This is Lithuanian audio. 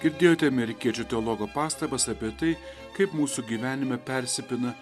girdėjote amerikiečių teologo pastabas apie tai kaip mūsų gyvenime persipina